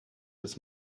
his